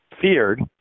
feared